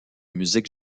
musique